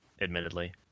admittedly